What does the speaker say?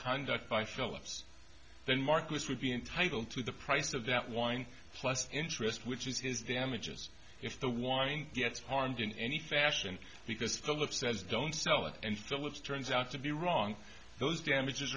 conduct by philips then marcus would be entitled to the price of that wine plus interest which is his damages if the wind gets harmed in any fashion because philip says don't sell it and phillips turns out to be wrong those damages